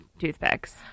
toothpicks